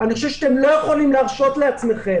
אני חושב שאתם לא יכולים להרשות לעצמכם